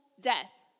death